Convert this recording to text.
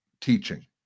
teaching